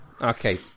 Okay